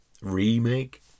Remake